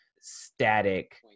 static